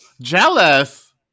jealous